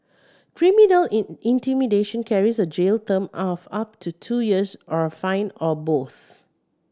criminal in intimidation carries a jail term of up to two years or a fine or both